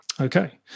Okay